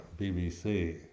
BBC